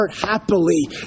happily